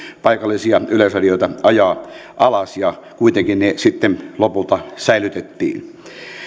paikallisia yleisradioita ajaa alas ja kuitenkin ne sitten lopulta säilytettiin